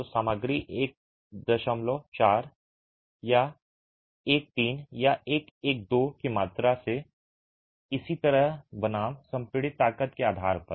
तो सामग्री 1 4 या 1 3 या 1 1 2 की मात्रा से और इसी तरह बनाम संपीड़ित ताकत के आधार पर